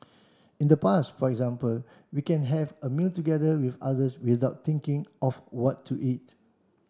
in the past for example we can have a meal together with others without thinking of what to eat